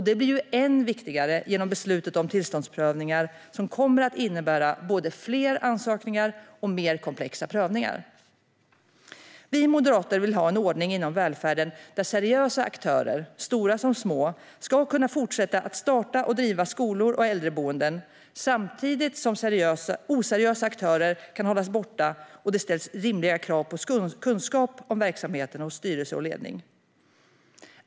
Det blir än viktigare genom beslutet om tillståndsprövningar som kommer att innebära både fler ansökningar och mer komplexa prövningar. Vi moderater vill ha en ordning inom välfärden där seriösa aktörer, stora som små, ska kunna fortsätta att starta och driva skolor och äldreboenden, samtidigt som oseriösa aktörer kan hållas borta och det ställs rimliga krav på kunskap om verksamheten hos styrelse och ledning.